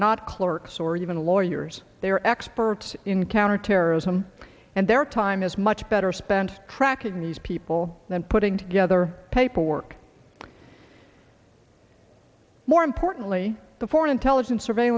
not clerks or even lawyers they are experts in counterterrorism and their time is much better spent tracking these people than putting together paperwork more importantly the foreign intelligence